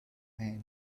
man